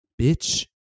Bitch